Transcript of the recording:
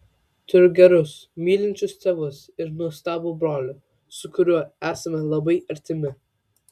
turiu gerus mylinčius tėvus ir nuostabų brolį su kuriuo esame labai artimi